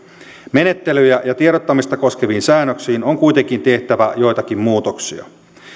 menettelyjä ja tiedottamista koskeviin säännöksiin on kuitenkin tehtävä joitakin muutoksia